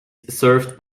served